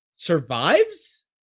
survives